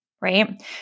right